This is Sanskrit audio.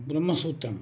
ब्रह्मसूत्रं